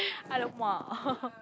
!alamak!